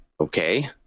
Okay